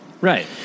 right